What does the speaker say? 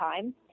time